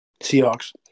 Seahawks